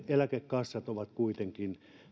eläkekassat ovat kuitenkin